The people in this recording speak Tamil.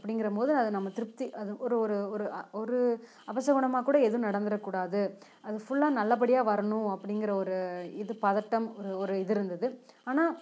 அப்படிங்கிற போது அதை நம்ம திருப்தி அது ஒரு ஒரு ஒரு ஒரு அபசகுனமாக கூட எதுவும் நடந்துகிற கூடாது அது ஃபுல்லாக நல்லபடியாக வரணும் அப்படிங்கிற ஒரு இது பதட்டம் ஒரு ஒரு இது இருந்துது ஆனால்